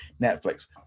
Netflix